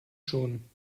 schon